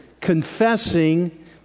confessing